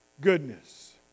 goodness